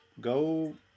go